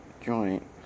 joint